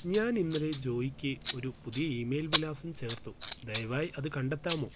ഞാൻ ഇന്നലെ ജോയ്ക്ക് ഒരു പുതിയ ഇമെയിൽ വിലാസം ചേർത്തു ദയവായി അത് കണ്ടെത്താമോ